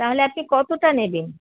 তাহলে আপনি কতোটা নেবেন